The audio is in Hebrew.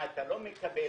מה אתה לא מקבל.